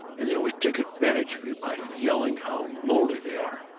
and they always take advantage of you by yelling how lonely they are.